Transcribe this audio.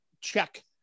check